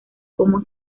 como